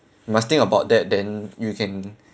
must think about that then you can